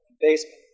basement